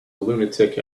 lunatic